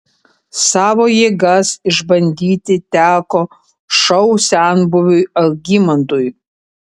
savo jėgas išbandyti teko šou senbuviui algimantui